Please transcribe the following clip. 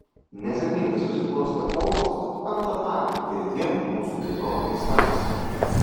nesėkmingai susiklostė kovos ant tatamio ir dviem mūsų dziudo meistrams